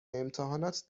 امتحانات